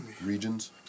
regions